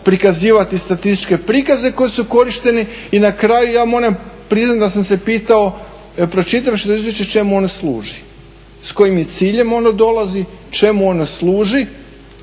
prikazivati statističke prikaze koji su korišteni. I na kraju ja moram priznati da sam se pitao pročitavši to izvješće čemu ono služi, s kojim ciljem ono dolazi, čemu ono služi